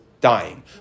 dying